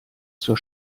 zur